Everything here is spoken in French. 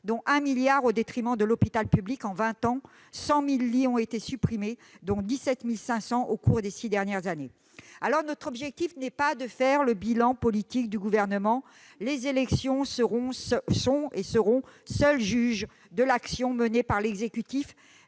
dont 1 milliard au détriment de l'hôpital public. En vingt ans, 100 000 lits ont disparu, dont 17 500 au cours des six dernières années. Notre objectif n'est pas de faire le bilan politique de l'action gouvernementale. Les élections sont et seront seules juges de l'action menée par l'exécutif